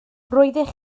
roeddech